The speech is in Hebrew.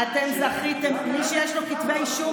אדוני היושב-ראש,